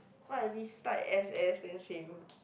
what are restart S_S bean seem